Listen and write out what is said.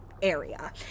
area